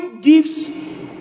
gives